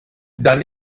dann